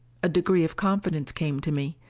a degree of confidence came to me.